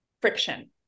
friction